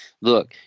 Look